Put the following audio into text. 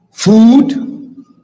food